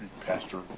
pastor